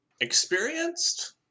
Experienced